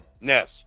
Ness